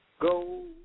go